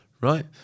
Right